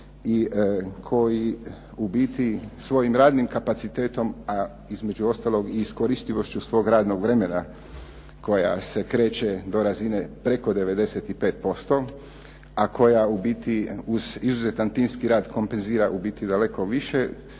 i koji u biti svojim radnim kapacitetom, a između ostalog i iskoristivošću svog radnog vremena koja se kreće do razine preko 95%, a koja u biti uz izuzetan timski rad kompenzira u biti daleko više,